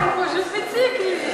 הוא פשוט מציק לי.